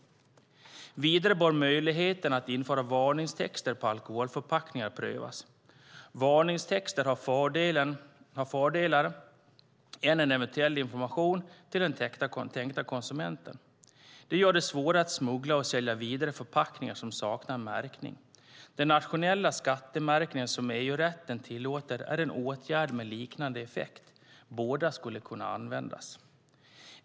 Vidare bör möjligheterna att införa varningstexter på alkoholförpackningar prövas. Varningstexter har fler fördelar än enbart eventuell information till den tänkta konsumenten. De gör det svårare att smuggla och sälja vidare förpackningar som saknar märkning. Den nationella skattemärkning som EU-rätten tillåter är en åtgärd med liknande effekt. Båda metoderna skulle kunna användas.